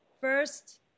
First